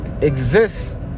exists